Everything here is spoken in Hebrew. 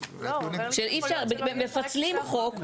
מפצלים חוק,